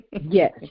Yes